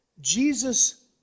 Jesus